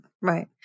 Right